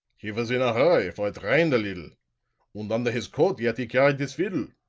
he was in a hurry, for it rained a liddle und under his coat yet he carried his fiddle.